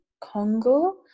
congo